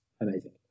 amazing